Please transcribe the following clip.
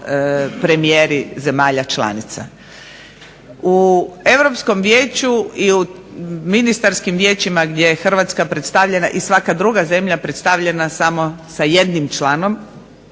premijeri zemalja članica. U Europskom vijeću i u ministarskim vijećima gdje je Hrvatska predstavljena i svaka druga zemlja predstavljena samo sa jednim članom